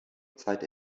zeit